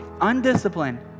undisciplined